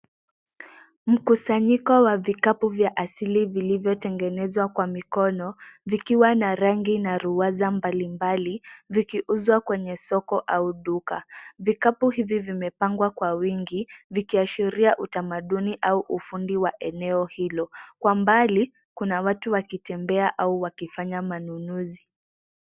Mkusanyiko wa vikapu vya asili vilivyotengenezwa kwa mikono, vikiwa na rangi na ruwaza mbalimbali vikiuzwa kwenye soko au duka . Vikapu hivi vimepangwa kwa wingi, vikiashiria utamaduni au ufundi wa eneo hilo. Kwa mbali, kuna watu wakitembea au wakifanya manunuzi.